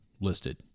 listed